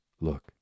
Look